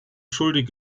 schuldig